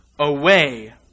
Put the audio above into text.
away